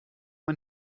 man